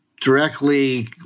directly